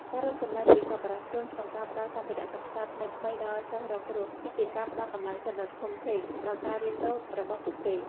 ការរួមចំណែកពីសប្បុរសជនក្នុងការផ្តល់សម្ភារៈសិក្សាថ្មីៗដល់សិស្សរងគ្រោះ គឺជាការផ្តល់កម្លាំងចិត្តដ៏ធំធេងដល់ការរៀនសូត្ររបស់ពួកគេ។